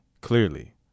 clearly